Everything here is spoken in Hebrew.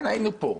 כן, היינו פה.